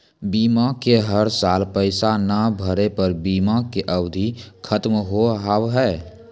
बीमा के हर साल पैसा ना भरे पर बीमा के अवधि खत्म हो हाव हाय?